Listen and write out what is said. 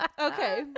Okay